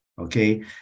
Okay